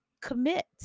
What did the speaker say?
commit